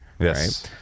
Yes